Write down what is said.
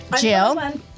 Jill